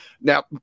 Now